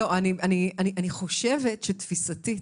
אני חושבת שתפיסתית,